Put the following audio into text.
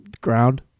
ground